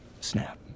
snap